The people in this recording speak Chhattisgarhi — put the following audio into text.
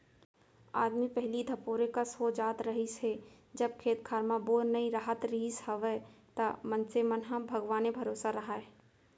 आदमी पहिली धपोरे कस हो जात रहिस हे जब खेत खार म बोर नइ राहत रिहिस हवय त मनसे मन ह भगवाने भरोसा राहय